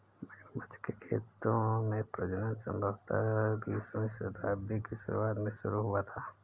मगरमच्छ के खेतों में प्रजनन संभवतः बीसवीं शताब्दी की शुरुआत में शुरू हुआ था